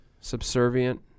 Subservient